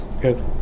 Good